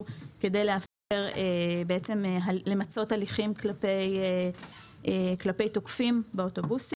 כדי לאפשר למצות הליכים כלפי תוקפים באוטובוסים.